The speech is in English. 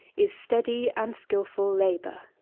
is steady and skilful labour.